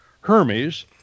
Hermes